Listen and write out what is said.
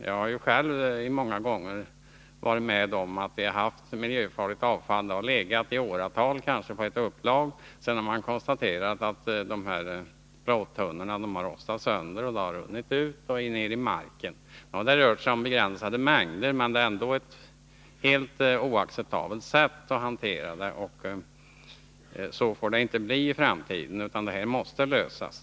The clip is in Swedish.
Jag har själv många gånger träffat på fall där miljöfarligt avfall legat kanske i åratal på ett upplag, och där man sedan har konstaterat att plåttunnorna rostat sönder och innehållet runnit ut och ner i marken. Det har rört sig om begränsade mängder, men det är en helt oacceptabel hantering. Så får det inte bli i framtiden, utan de här frågorna måste lösas.